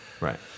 Right